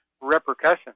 repercussions